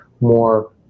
more